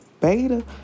beta